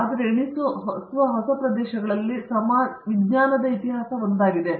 ಆದರೆ ಎಣಿಸುವ ಹೊಸ ಪ್ರದೇಶಗಳಲ್ಲಿ ವಿಜ್ಞಾನದ ಇತಿಹಾಸ ಒಂದಾಗಿದೆ